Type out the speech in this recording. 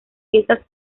fiestas